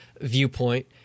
viewpoint